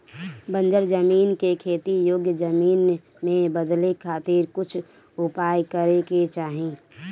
बंजर जमीन के खेती योग्य जमीन में बदले खातिर कुछ उपाय करे के चाही